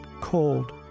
cold